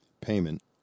payment